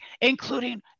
including